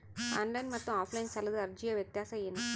Online ಮತ್ತು offline ಸಾಲದ ಅರ್ಜಿಯ ವ್ಯತ್ಯಾಸ ಏನು?